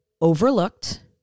overlooked